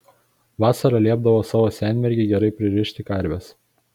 vasarą liepdavo savo senmergei gerai pririšti karves